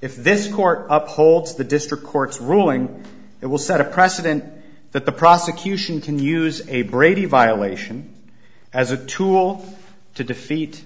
if this court upholds the district court's ruling it will set a precedent that the prosecution can use a brady violation as a tool to defeat